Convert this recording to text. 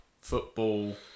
football